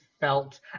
felt